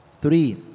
Three